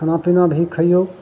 खाना पीना भी खइयौ